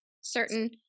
certain